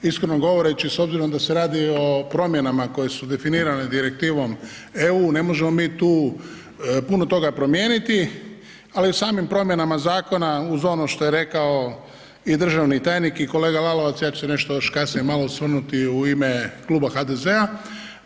Iskreno govoreći s obzirom da se radi o promjenama koje su definirane direktivom EU ne možemo mi tu puno toga promijeniti, ali u samim promjenama zakona uz ono što je rekao i državni tajnik i kolega Lalovac ja ću se nešto još kasnije malo osvrnuti u ime Kluba HDZ-a.